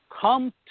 come